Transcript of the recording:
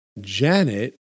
Janet